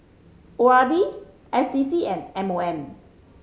O R D S D C and M O M